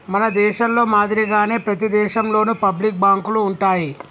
మన దేశంలో మాదిరిగానే ప్రతి దేశంలోను పబ్లిక్ బాంకులు ఉంటాయి